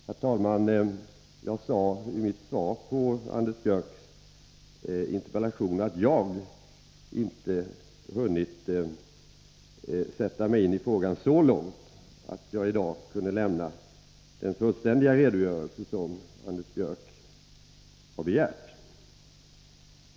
Herr talman! Jag sade i mitt svar på Anders Björcks interpellation att jag inte hunnit sätta mig in i frågan så långt att jag i dag kunde lämna den fullständiga redogörelse som Anders Björck har begärt.